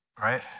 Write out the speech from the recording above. right